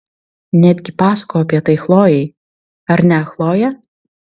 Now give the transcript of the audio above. netgi pasakojau apie tai chlojei ar ne chloje